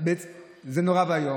זה נורא ואיום.